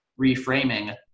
reframing